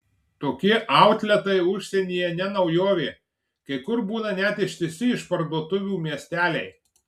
tokie autletai užsienyje ne naujovė kai kur būna net ištisi išparduotuvių miesteliai